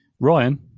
Ryan